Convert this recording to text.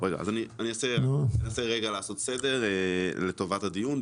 רגע, אני אנסה רגע לעשות סדר לטובת הדיון.